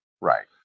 Right